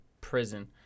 prison